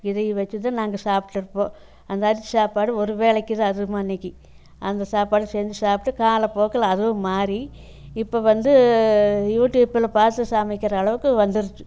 இதை வச்சுதான் நாங்கள் சாப்பிட்டுப்போம் அந்த அரிசி சாப்பாடு ஒரு வேளைக்கு தான் அதுவும் அன்றைக்கு அந்த சாப்பாடு செஞ்சு சாப்பிட்டு காலப்போக்கில் அதுவும் மாறி இப்போ வந்து யூடியூப்பில் பார்த்து சமைக்கிற அளவுக்கு வந்துருச்சு